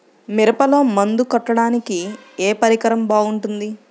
మిరపలో మందు కొట్టాడానికి ఏ పరికరం బాగుంటుంది?